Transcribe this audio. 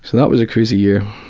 that was a crazy year.